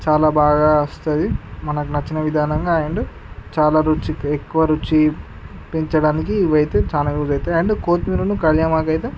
చాలా బాగా వస్తుంది అండ్ మనకు నచ్చిన విధానంగా చాలా రుచి ఎక్కువ రుచి పెంచడానికి ఇవి అయితే చాల యూజ్ అవుతాయి అండ్ కొత్తిమీర కల్యమాకు అయితే